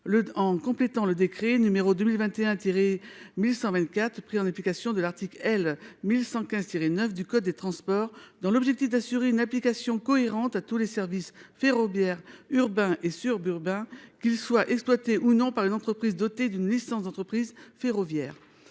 en complétant le décret numéro 2021. 1124, pris en application de l'article L. 1115 tiré 9 du code des transports dans l'objectif d'assurer une application cohérente à tous les services ferroviaires urbains et sur Burda qu'ils soient exploités ou non par les entreprises. Dotée d'une licence d'entreprise ferroviaire.